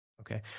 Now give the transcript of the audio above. Okay